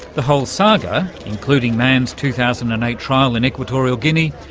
the whole saga, including mann's two thousand and eight trial in equatorial guinea,